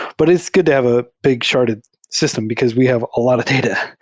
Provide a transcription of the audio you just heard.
but it's good to have a big sharded system, because we have a lot of data.